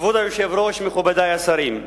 כבוד היושב-ראש, מכובדי השרים,